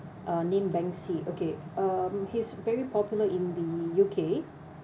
uh name banksy okay um he's very popular in the U_K